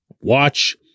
watch